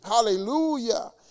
Hallelujah